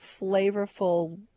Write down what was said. flavorful